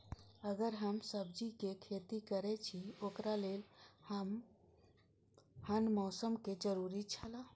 अगर हम सब्जीके खेती करे छि ओकरा लेल के हन मौसम के जरुरी छला?